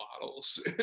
bottles